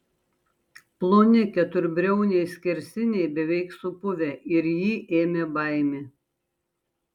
ploni keturbriauniai skersiniai beveik supuvę ir jį ėmė baimė